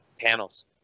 panels